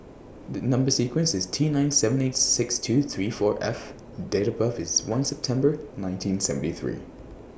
The Number sequence IS T nine seven eight six two three four F and Date of birth IS one September nineteen seventy three